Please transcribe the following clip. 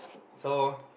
so